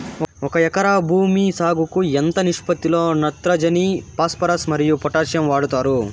ఒక ఎకరా భూమి సాగుకు ఎంత నిష్పత్తి లో నత్రజని ఫాస్పరస్ మరియు పొటాషియం వాడుతారు